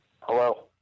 Hello